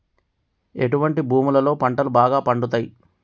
ఎటువంటి భూములలో పంటలు బాగా పండుతయ్?